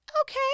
Okay